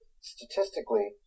statistically